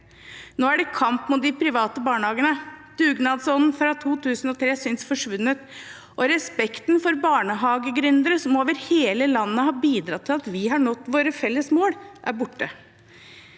Nå er det kamp mot de private barnehagene. Dugnadsånden fra 2003 synes å ha forsvunnet, og respekten for barnehagegründere som over hele landet har bidratt til at vi har nådd våre felles mål, er borte.